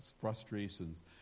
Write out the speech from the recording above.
frustrations